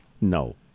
No